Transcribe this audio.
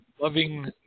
loving